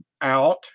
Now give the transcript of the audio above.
out